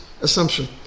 assumption